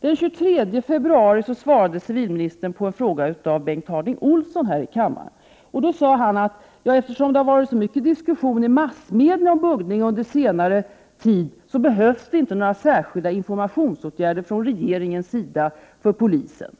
Den 23 februari svarade civilministern på en fråga av Bengt Harding Olson här i kammaren. Civilministern sade då att det, eftersom det har varit så många diskussioner i massmedia om buggning under senare tid, inte behövs någon särskild information från regeringens sida till polisen.